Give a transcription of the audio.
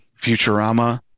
Futurama